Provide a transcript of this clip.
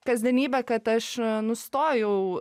kasdienybė kad aš nustojau